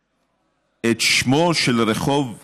לבטל את שמו של רחוב גלבלום.